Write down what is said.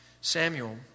Samuel